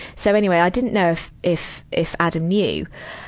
so, anyway, i didn't know if, if if adam knew.